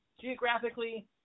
geographically